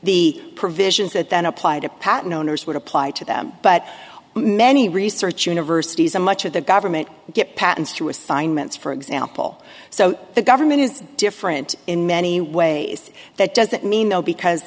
the provisions that then applied a patent owners would apply to them but many research universities and much of the government get patents through assignments for example so the government is different in many ways that doesn't mean though because